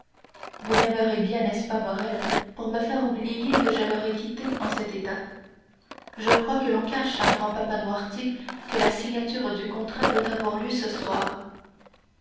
vous m'aimerez bien n'est-ce pas morrel pour me faire oublier que je l'aurai quittée en cet état je crois que l'on cache à grand-papa noirtier que la signature du contrat doit avoir lieu ce soir